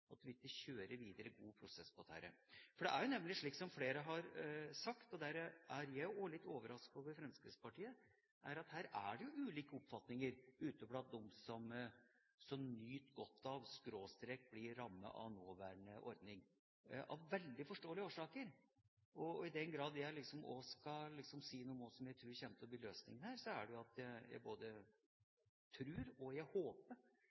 vi ikke kjører en god prosess på dette. Det er nemlig slik, som flere har sagt – og der er jeg også litt overrasket over Fremskrittspartiet – at her er det ulike oppfatninger ute blant dem som nyter godt av/blir rammet av nåværende ordning, av veldig forståelige årsaker. I den grad jeg skal si noe om hva jeg tror kommer til å bli løsninga her, er det det at jeg både tror og håper